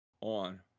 on